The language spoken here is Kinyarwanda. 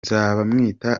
nzabamwita